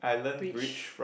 bridge